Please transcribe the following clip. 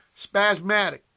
Spasmatic